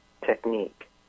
technique